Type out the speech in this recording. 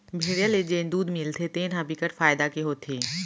भेड़िया ले जेन दूद मिलथे तेन ह बिकट फायदा के होथे